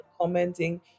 commenting